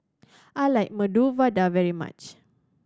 I like Medu Vada very much